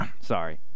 Sorry